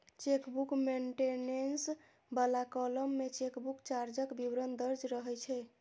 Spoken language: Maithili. चेकबुक मेंटेनेंस बला कॉलम मे चेकबुक चार्जक विवरण दर्ज रहै छै